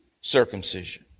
circumcision